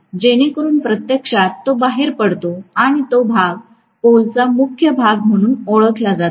जेणेकरून प्रत्यक्षात तो बाहेर पडतो आणि तो भाग पोलचा मुख्य भाग म्हणून ओळखला जातो